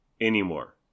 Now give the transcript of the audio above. anymore